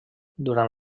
durant